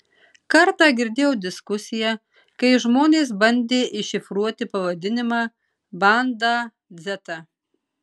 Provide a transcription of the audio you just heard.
kartą girdėjau diskusiją kai žmonės bandė iššifruoti pavadinimą bandą dzeta